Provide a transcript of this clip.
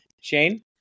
Shane